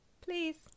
Please